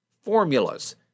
formulas